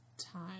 time